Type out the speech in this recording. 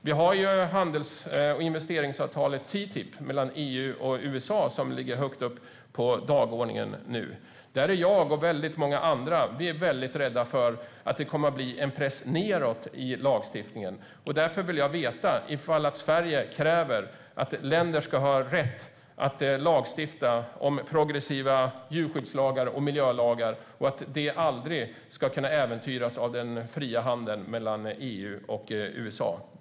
Vi har handels och investeringsavtalet TTIP mellan EU och USA som finns högt upp på dagordningen nu. Där är jag och väldigt många andra rädda för att det kommer att bli en press nedåt i lagstiftningen. Därför vill jag veta om Sverige kräver att länder ska ha rätt att lagstifta om progressiva djurskyddslagar och miljölagar och att detta aldrig ska kunna äventyras av den fria handeln mellan EU och USA.